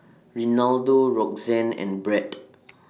Renaldo Roxanna and Bret